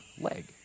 leg